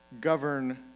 govern